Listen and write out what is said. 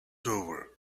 over